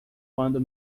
quando